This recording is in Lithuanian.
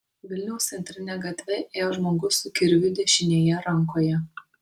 vilniaus centrine gatve ėjo žmogus su kirviu dešinėje rankoje